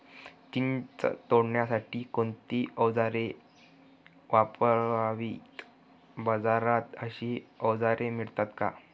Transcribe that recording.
चिंच तोडण्यासाठी कोणती औजारे वापरावीत? बाजारात अशी औजारे मिळतात का?